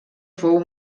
fou